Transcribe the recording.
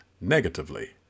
negatively